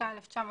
התשכ"ה 1965‏,